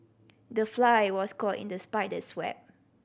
the fly was caught in the spider's web